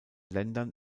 ländern